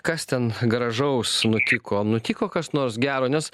kas ten gražaus nutiko nutiko kas nors gero nes